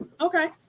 Okay